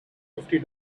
fifty